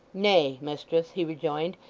nay, mistress he rejoined,